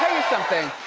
something.